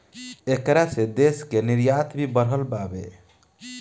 ऐकरा से देश के निर्यात भी बढ़ल बावे